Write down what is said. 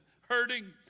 hurting